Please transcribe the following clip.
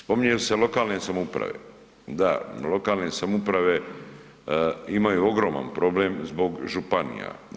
Spominju se lokalne samouprave, da, lokalne samouprave imaju ogroman zbog županija.